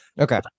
Okay